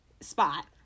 spot